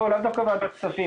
לא דווקא בוועדת כספים,